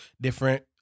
different